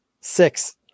Six